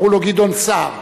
קראו לו גדעון סער,